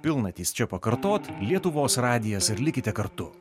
pilnatys čia pakartot lietuvos radijas ir likite kartu